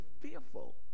fearful